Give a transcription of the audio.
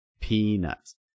Peanuts